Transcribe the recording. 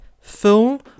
full